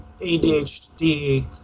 ADHD